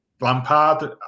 Lampard